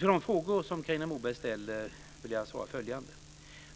På de frågor som Carina Moberg ställer vill jag svara följande: